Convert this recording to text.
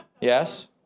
yes